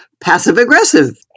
passive-aggressive